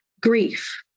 grief